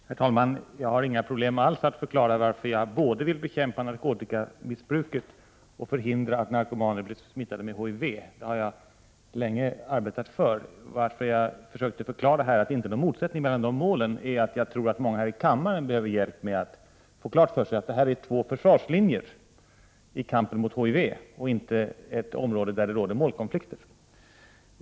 Herr talman! Jag har inga problem alls med att förklara varför jag både vill bekämpa narkotikamissbruket och förhindra att narkomaner blir smittade av HIV. Jag har länge arbetat för detta. Att jag försökte förklara att det inte råder någon motsättning mellan målen beror på att jag tror att många i kammaren behöver hjälp med att få klart för sig att det är fråga om två försvarslinjer i kampen mot HIV och att det därvidlag inte råder målkonflikter.